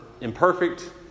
imperfect